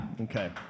Okay